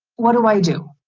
what do i do?